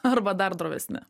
arba dar drovesni